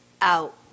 out